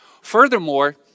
Furthermore